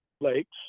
lakes